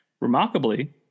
Remarkably